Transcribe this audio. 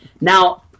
Now